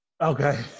Okay